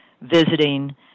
visiting